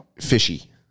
fishy